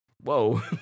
whoa